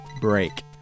Break